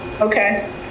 Okay